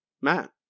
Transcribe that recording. Matt